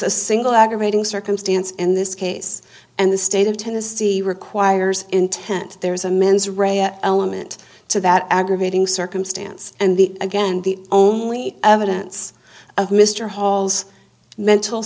a single aggravating circumstance in this case and the state of tennessee requires intent there is a mens rea element to that aggravating circumstance and the again the only evidence of mr hall's mental